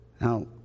Now